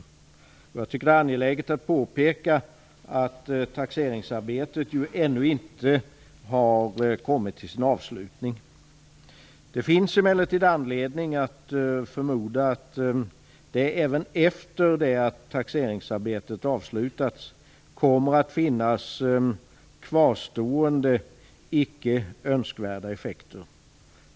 Jag tycker att det är angeläget att påpeka att taxeringsarbetet ännu inte har kommit till sin avslutning. Det finns emellertid anledning att förmoda att det även efter det att taxeringsarbetet avslutats kommer att finnas kvarstående icke önskvärda effekter.